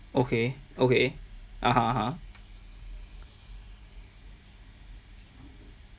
okay okay (uh huh)